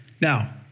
now